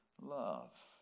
love